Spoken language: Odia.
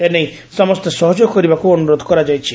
ଏନେଇ ସମସେ ସହଯୋଗ କରିବାକୁ ଅନୁରୋଧ କରାଯାଇଛି